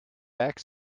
back